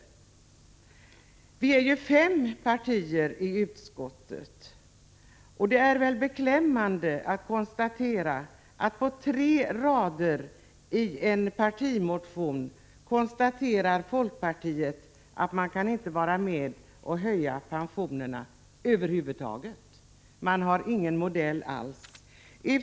Men det är ju fem partier i utskottet, och det är beklämmande att kunna konstatera att folkpartiet på tre rader i en partimotion anger att man inte kan vara med och höja pensionerna över huvud taget — man har ingen modell alls.